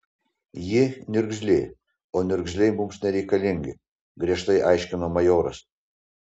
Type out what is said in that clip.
ji niurzglė o niurzgliai mums nereikalingi griežtai aiškino majoras